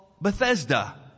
Bethesda